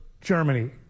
Germany